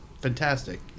fantastic